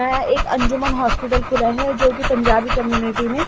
میں ایک انجمن ہاسپیٹل کھلا ہے جو کہ پنجابی کمیونٹی میں